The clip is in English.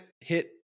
hit